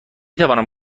توانم